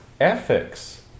ethics